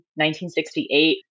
1968